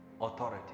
authority